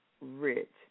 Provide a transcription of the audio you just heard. rich